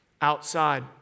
outside